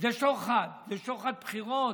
זה שוחד, זה שוחד בחירות.